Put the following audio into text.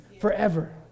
forever